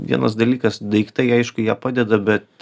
vienas dalykas daiktai aišku jie padeda bet